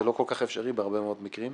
זה לא כל כך אפשרי בהרבה מאוד מקרים,